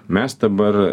mes dabar